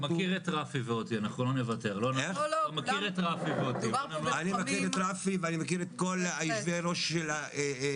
אני מכיר את רפי ואני מכיר את כל יושבי הראש של הסניפים,